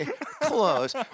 Close